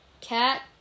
Cat